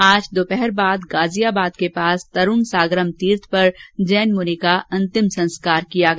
आज दोपहर बाद गाजियाबाद के पास तरूण सागरम र्तीर्थ पर जैन मुनि का अंतिम संस्कार किया गया